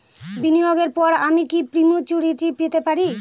বিনিয়োগের পর আমি কি প্রিম্যচুরিটি পেতে পারি?